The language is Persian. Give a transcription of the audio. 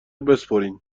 بسپرین